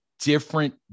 different